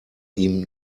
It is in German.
ihm